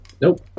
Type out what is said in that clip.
Nope